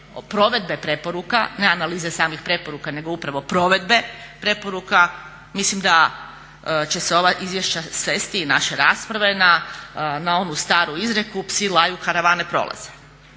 provedbe preporuka, ne analize samih preporuka nego upravo provedbe preporuka mislim da će se ova izvješća svesti i naše rasprave na onu staru izreku "Psi laju karavane prolaze."